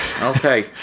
Okay